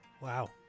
Wow